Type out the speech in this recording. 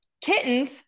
Kittens